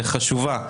קדושה וחשובה.